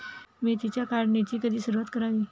मेथीच्या काढणीची कधी सुरूवात करावी?